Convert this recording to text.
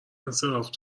انصراف